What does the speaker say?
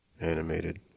animated